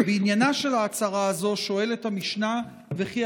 בעניינה של ההצהרה הזאת שואלת המשנה: וכי